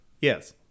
Yes